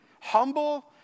humble